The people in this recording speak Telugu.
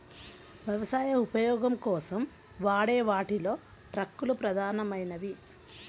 వ్యవసాయ ఉపయోగం కోసం వాడే వాటిలో ట్రక్కులు ప్రధానమైనవి